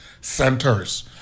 centers